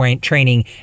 training